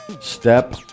Step